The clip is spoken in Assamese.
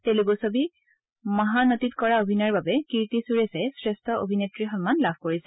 তেলেণ্ড ছবি মহানতীত কৰা অভিনয়ৰ বাবে কীৰ্তি সুৰেশে শ্ৰেষ্ঠ অভিনেত্ৰীৰ সন্মান লাভ কৰিছে